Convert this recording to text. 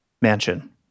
Mansion